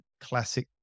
classic